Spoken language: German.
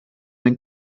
den